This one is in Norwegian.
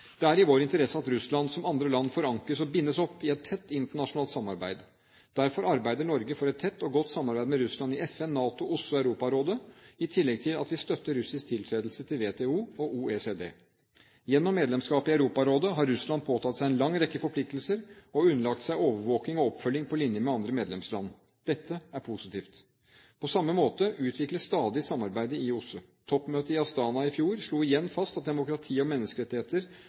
Det er i vår interesse at Russland – som andre land – forankres og «bindes opp» i et tett internasjonalt samarbeid. Derfor arbeider Norge for et tett og godt samarbeid med Russland i FN, NATO, OSSE og Europarådet, i tillegg til at vi støtter russisk tiltredelse til WTO og OECD. Gjennom medlemskap i Europarådet har Russland påtatt seg en lang rekke forpliktelser, og underlagt seg overvåking og oppfølging på linje med andre medlemsland. Dette er positivt. På samme måte utvikles stadig samarbeidet i OSSE. Toppmøtet i Astana i fjor slo igjen fast at demokrati og menneskerettigheter